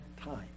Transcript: time